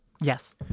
Yes